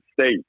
State